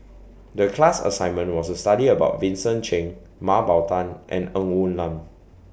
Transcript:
The class assignment was to study about Vincent Cheng Mah Bow Tan and Ng Woon Lam